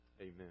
amen